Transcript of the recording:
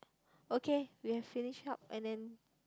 okay we have finished up and then